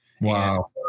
Wow